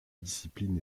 discipline